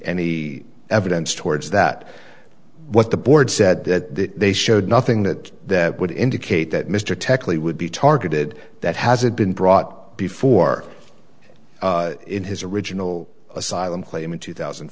any evidence towards that what the board said that they showed nothing that that would indicate that mr technically would be targeted that hasn't been brought before in his original asylum claim in two thousand